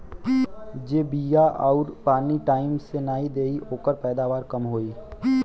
जे बिया आउर पानी टाइम से नाई देई ओकर पैदावार कम होई